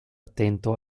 attento